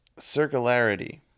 circularity